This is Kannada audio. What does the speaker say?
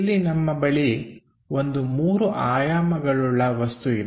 ಇಲ್ಲಿ ನಮ್ಮ ಬಳಿ ಒಂದು ಮೂರು ಆಯಾಮಗಳುಳ್ಳ ವಸ್ತು ಇದೆ